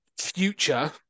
future